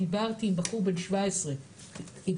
דיברתי עם בחור בן 17 דתי,